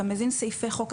אתה מבין סעיפי חוק,